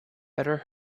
better